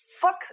fuck